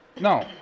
No